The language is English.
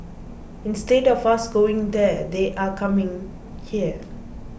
instead of us going there they are coming here